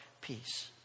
peace